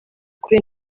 kuri